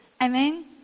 Amen